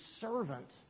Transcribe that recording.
servant